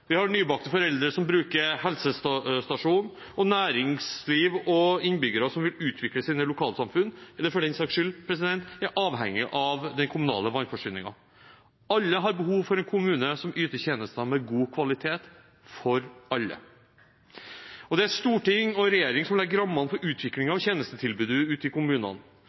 Vi har nybakte foreldre som bruker helsestasjonen, og næringsliv og innbyggere som vil utvikle sine lokalsamfunn, eller som for den saks skyld er avhengig av den kommunale vannforsyningen. Alle har behov for en kommune som yter tjenester med god kvalitet for alle. Det er storting og regjering som legger rammene for utvikling av tjenestetilbudet ute i kommunene.